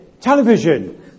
Television